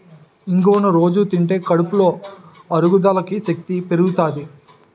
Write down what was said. ఇంగువను రొజూ తింటే కడుపులో అరుగుదల శక్తి పెరుగుతాది